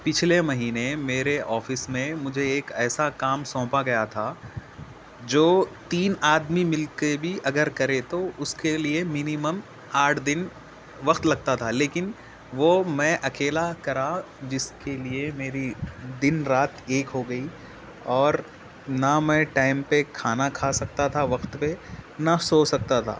پچھلے مہینے میرے آفس میں مجھے ایک ایسا کام سونپا گیا تھا جو تین آدمی مل کے بھی اگر کرے تو اس کے لیے مینیمم آٹھ دن وقت لگتا تھا لیکن وہ میں اکیلا کرا جس کے لیے میری دن رات ایک ہو گئی اور نہ میں ٹائم پہ کھانا کھا سکتا تھا وقت پہ نہ سو سکتا تھا